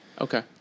Okay